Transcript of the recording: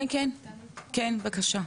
כן בבקשה.